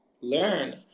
learn